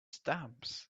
stamps